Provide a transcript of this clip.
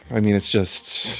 i mean, it's just,